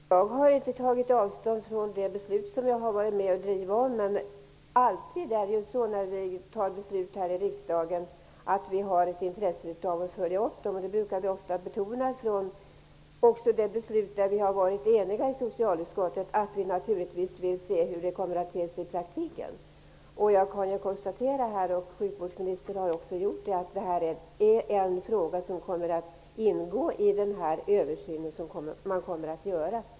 Fru talman! Jag har inte tagit avstånd från det beslut jag har varit med om att driva fram. Men vi har alltid intresse av att följa upp beslut fattade i riksdagen. Det betonar vi ofta. Det gäller också beslut där socialutskottet har varit enigt. Vi vill naturligtvis se hur det hela kommer att te sig i praktiken. Sjukvårdsministern och jag har konstaterat att detta är en fråga som kommer att ingå i en översyn som skall göras.